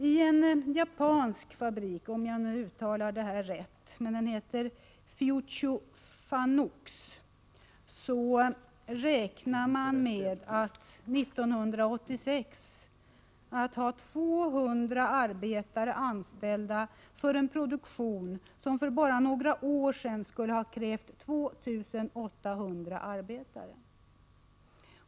I en japansk fabrik, Fujitsu Fanucs, räknar man med att 1986 ha 200 arbetare anställda för en produktion som för bara några år sedan skulle ha krävt 2 800 arbetare.